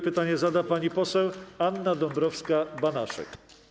Pytanie zada pani poseł Anna Dąbrowska-Banaszek.